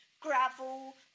gravel